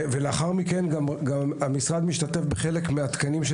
לאחר מכן המשרד משתתף בחלק מהתקנים של